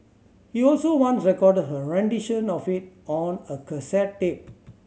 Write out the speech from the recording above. he also once recorded her rendition of it on a cassette tape